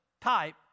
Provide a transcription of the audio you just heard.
type